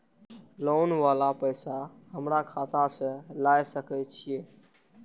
Loan वाला पैसा हमरा खाता से लाय सके छीये?